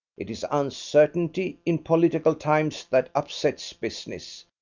it is uncertainty in political times that upsets business,